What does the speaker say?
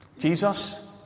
Jesus